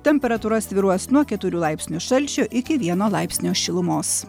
temperatūra svyruos nuo keturių laipsnių šalčio iki vieno laipsnio šilumos